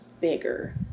bigger